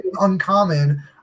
uncommon